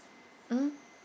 mm